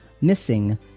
missing